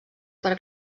per